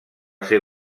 ser